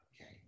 okay